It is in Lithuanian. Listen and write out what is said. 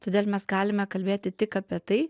todėl mes galime kalbėti tik apie tai